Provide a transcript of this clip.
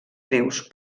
greus